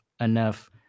enough